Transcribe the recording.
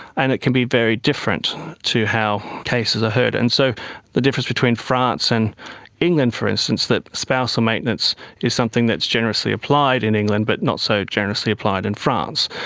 and it can be very different to how cases are heard. and so the difference between france and england, for instance, that spousal maintenance is something that's generously applied in england but not so generously applied in france,